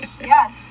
yes